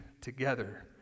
together